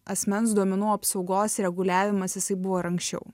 asmens duomenų apsaugos reguliavimas jisai buvo ir anksčiau